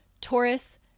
Taurus